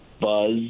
buzz